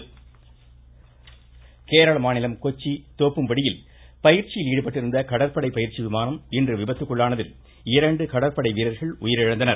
விமான விபத்து கேரள மாநிலம் கொச்சி தோப்பும்படியில் பயிற்சியில் ஈடுபட்டிருந்த கடற்படை பயிற்சி விமானம் இன்று விபத்துக்குள்ளானதில் இரண்டு கடற்படை வீரர்கள் உயிரிழந்தனர்